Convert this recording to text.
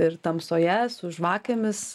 ir tamsoje su žvakėmis